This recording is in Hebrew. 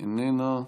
איננה,